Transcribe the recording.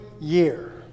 year